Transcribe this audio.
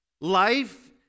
Life